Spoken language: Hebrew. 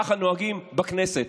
ככה נוהגים בכנסת.